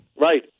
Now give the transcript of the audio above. Right